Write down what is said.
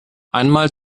einmal